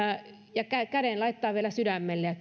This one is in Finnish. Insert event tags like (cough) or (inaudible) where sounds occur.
ja laittaisivat vielä käden sydämelle ja (unintelligible)